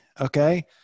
okay